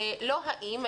לא האם,